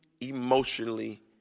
emotionally